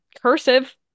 cursive